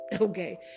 Okay